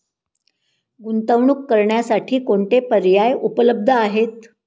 गुंतवणूक करण्यासाठी कोणते पर्याय उपलब्ध आहेत?